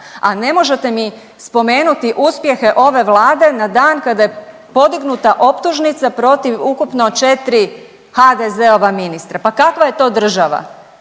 A ne možete mi spomenuti uspjehe ove vlade na dan kada je podignuta optužnica protiv ukupno 4 HDZ-ova ministra, pa kakva je to država?